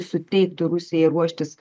suteiktų rusijai ruoštis